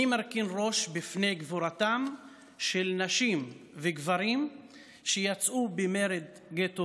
אני מרכין ראש בפני גבורתם של נשים וגברים שיצאו במרד גטו